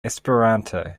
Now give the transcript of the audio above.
esperanto